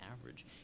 average